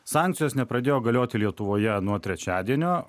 sankcijos nepradėjo galioti lietuvoje nuo trečiadienio